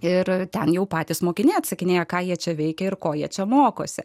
ir ten jau patys mokiniai atsakinėja ką jie čia veikia ir ko jie čia mokosi